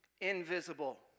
invisible